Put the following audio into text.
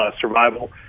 survival